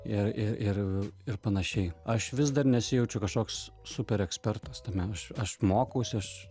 ir ir ir ir panašiai aš vis dar nesijaučiau kažkoks super ekspertas tame aš aš mokausi aš